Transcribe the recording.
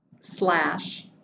slash